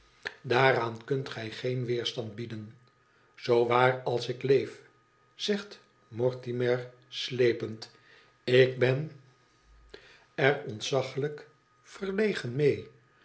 daaraan kunt gij geen weerstand bieden zoo waar als ik leef zegt mortimer slepend ik ben er ontzaglijk onze wederzuosche vriend verlegen mee